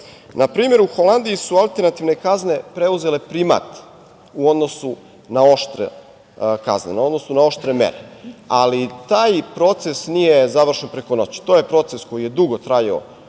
primer, u Holandiji su alternativne kazne preuzele primat u odnosu na oštre kazne, u odnosu na oštre mere, ali taj proces nije završen preko noći. To je proces koji je dugo trajao